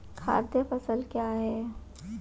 खाद्य फसल क्या है?